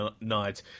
night